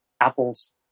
Apple's